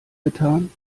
getan